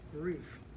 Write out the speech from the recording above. grief